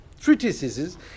treatises